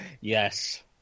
Yes